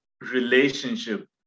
relationship